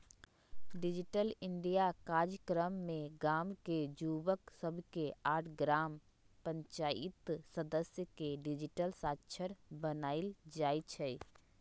digital India काजक्रम में गाम के जुवक सभके आऽ ग्राम पञ्चाइत सदस्य के डिजिटल साक्षर बनाएल जाइ छइ